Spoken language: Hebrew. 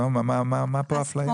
מה פה האפליה?